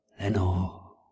Lenore